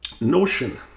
notion